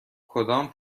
کدام